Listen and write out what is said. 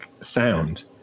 sound